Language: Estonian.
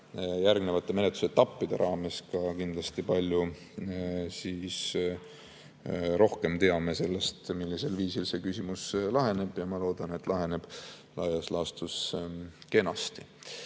järgnevate menetlusetappide raames kindlasti palju rohkem sellest, millisel viisil see küsimus laheneb, ja ma loodan, et laheneb laias laastus kenasti. Viimane